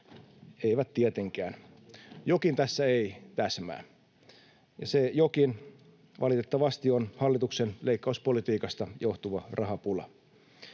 Eivät tietenkään. Jokin tässä ei täsmää. Se jokin valitettavasti on hallituksen leikkauspolitiikasta johtuva rahapula.